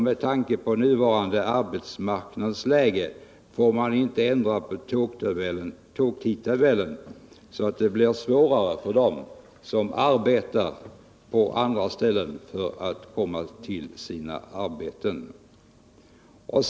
Med tanke på nuvarande arbetsmarknadsläge får man inte ändra på tågtidtabellen så att det blir svårare för dem som arbetar på platser utanför hemorten att komma till sina arbetsplatser.